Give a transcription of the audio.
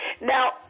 now